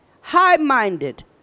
high-minded